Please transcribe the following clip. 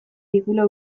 digula